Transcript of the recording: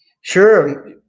Sure